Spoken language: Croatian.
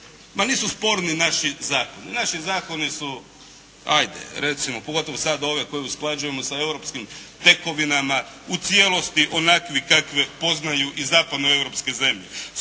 Ma nisu sporni naši zakoni. Naši zakoni su, ajde, recimo, pogotovo sada ove koje usklađujemo sa europskim tekovinama u cijelosti onakvi kakve poznaju i zapadno europske zemlje.